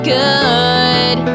good